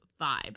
vibe